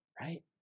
Right